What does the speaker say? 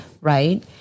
right